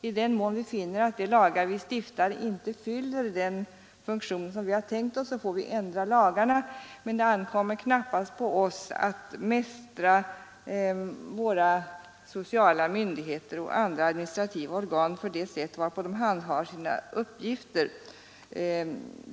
I den mån vi finner att de lagar vi stiftar inte fyller den funktion som vi har tänkt oss, får vi ändra lagarna. Men det ankommer knappast på oss att mästra våra sociala myndigheter och andra administrativa organ för det sätt varpå de handhar sina uppgifter.